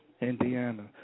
Indiana